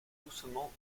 doucement